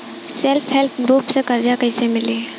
Self help group से कर्जा कईसे मिली?